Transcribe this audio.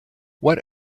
what